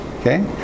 Okay